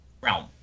realm